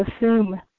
assume